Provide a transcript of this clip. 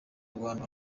rwanda